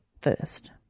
first